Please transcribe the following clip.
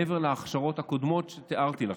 מעבר להכשרות הקודמות שתיארתי לכם.